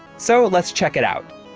so let's check it out.